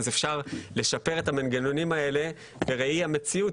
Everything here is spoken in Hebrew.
אז אפשר לשפר את המנגנונים האלה לראי המציאות,